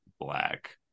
black